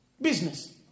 business